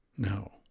No